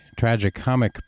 tragicomic